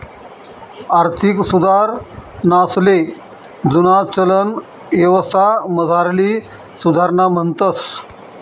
आर्थिक सुधारणासले जुना चलन यवस्थामझारली सुधारणा म्हणतंस